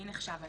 מי נחשב היום?